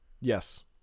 Yes